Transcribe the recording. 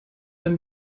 wenn